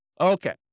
Okay